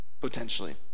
potentially